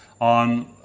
on